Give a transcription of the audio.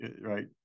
Right